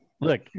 Look